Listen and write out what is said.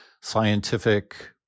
scientific